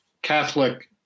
Catholic